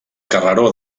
carreró